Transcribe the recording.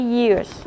years